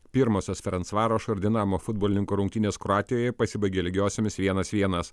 pirmosios ferencvarošo ir dinamo futbolininkų rungtynės kroatijoje pasibaigė lygiosiomis vienas vienas